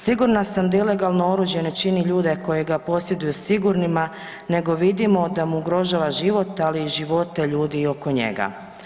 Sigurna sam da ilegalno oružje ne čini ljude koji ga posjeduju sigurnima, nego vidimo da mu ugrožava život ali i živote ljudi oko njega.